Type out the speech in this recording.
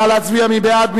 נא להצביע, מי בעד?